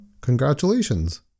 congratulations